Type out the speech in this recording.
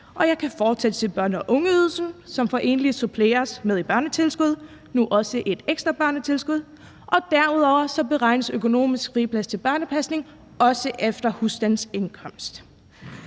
jeg kan fortsætte til børne- og ungeydelsen, som for enlige suppleres med et børnetilskud, nu også et ekstra børnetilskud, og derudover beregnes økonomisk friplads til børnepasning også efter husstandsindkomst.